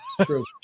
True